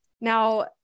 Now